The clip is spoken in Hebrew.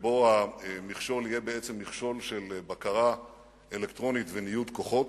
שבו המכשול יהיה של בקרה אלקטרונית וניוד כוחות,